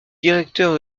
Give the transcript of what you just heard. directeur